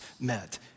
met